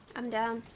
i'm down